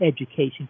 education